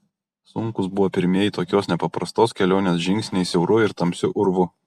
sunkūs buvo pirmieji tokios nepaprastos kelionės žingsniai siauru ir tamsiu urvu